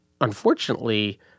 unfortunately